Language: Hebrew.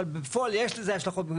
אבל בפועל יש לזה השלכות.